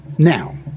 Now